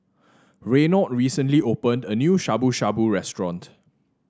Reynold recently opened a new Shabu Shabu Restaurant